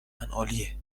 عالیه